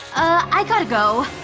i gotta go.